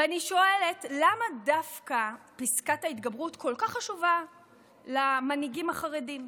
ואני שואלת: למה דווקא פסקת ההתגברות כל כך חשובה למנהיגים החרדים?